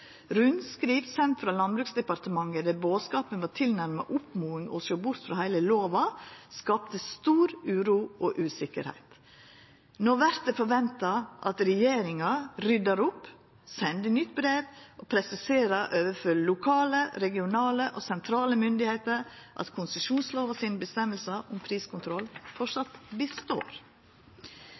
Rundskriv sendt frå Landbruksdepartementet der bodskapen var tilnærma ei oppmoding om å sjå bort frå heile lova, skapte stor uro og usikkerheit. No vert det forventa at regjeringa ryddar opp, sender nytt brev og presiserer overfor lokale, regionale og sentrale myndigheiter at konsesjonslova sine avgjerder om priskontroll framleis består.